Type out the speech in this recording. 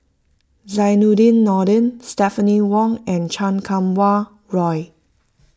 Zainudin Nordin Stephanie Wong and Chan Kum Wah Roy